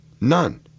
None